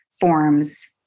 forms